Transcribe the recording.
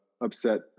upset